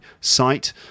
site